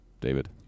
david